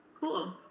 Cool